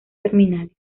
terminales